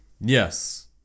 Yes